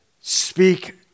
Speak